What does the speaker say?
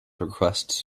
requests